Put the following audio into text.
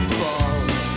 balls